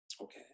Okay